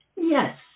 Yes